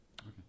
Okay